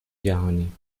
جهانی